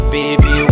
Baby